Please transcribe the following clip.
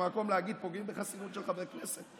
המקום להגיד שפוגעים בחסינות של חברי הכנסת.